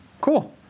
cool